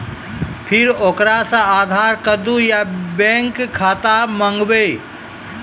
फिर ओकरा से आधार कद्दू या बैंक खाता माँगबै?